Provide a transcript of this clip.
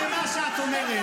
הצעת החוק הזאת -- אתה.